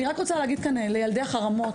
אני רק רוצה להגיד לילדי החרמות,